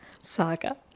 saga